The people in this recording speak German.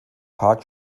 park